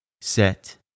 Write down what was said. set